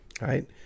right